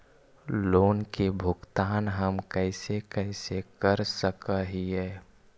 Loan के भुगतान हम कैसे कैसे कर सक हिय?